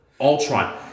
Ultron